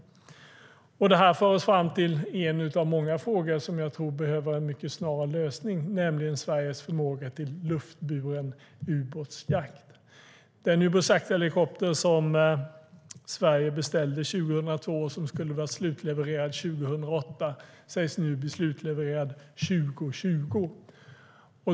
Detta för oss fram till en av många frågor som jag tror behöver en mycket snar lösning, nämligen Sveriges förmåga till luftburen ubåtsjakt. Den ubåtsjakthelikopter som Sverige beställde 2002 och som skulle vara slutlevererad 2008 sägs nu bli slutlevererad 2020.